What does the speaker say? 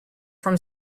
from